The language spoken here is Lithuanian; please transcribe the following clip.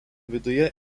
viduje